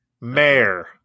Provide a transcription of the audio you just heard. Mayor